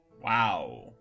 Wow